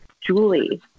julie